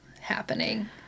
happening